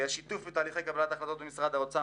השיתוף בתהליכי קבלת ההחלטות במשרד האוצר